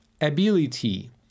ability